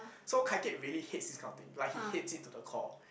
so Kai-Kiat really hates this kind of thing like he hates it to the core